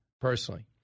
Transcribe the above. personally